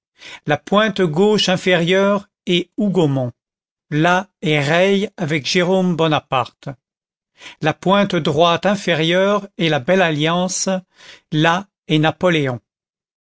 la pointe gauche inférieure est hougomont là est reille avec jérôme bonaparte la pointe droite inférieure est la belle alliance là est napoléon